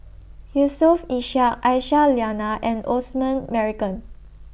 Yusof Ishak Aisyah Lyana and Osman Merican